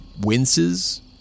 winces